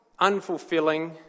unfulfilling